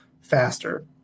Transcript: faster